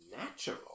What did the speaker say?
natural